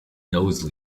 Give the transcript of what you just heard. nose